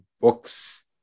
Books